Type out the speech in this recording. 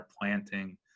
planting